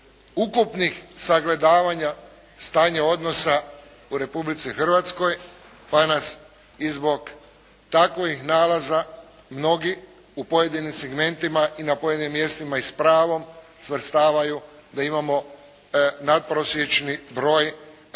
ukupnih sagledavanja stanja odnosa u Republici Hrvatskoj pa nas i zbog takvih nalaza mnogi u pojedinim segmentima i na pojedinim mjestima i s pravom svrstavaju da imamo natprosječni broj različitih